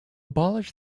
abolish